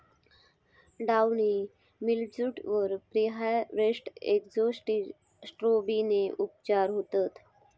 downy mildews वर preharvest एजोक्सिस्ट्रोबिनने उपचार होतत